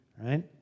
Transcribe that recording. right